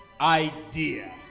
idea